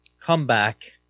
comeback